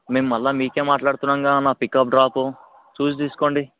మేము మరల మీకే మాట్లాడుతున్నాం కదన్న పికప్ డ్రాపు చూసి తీసుకోండి